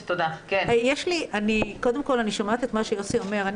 את מה שיוסי אומר.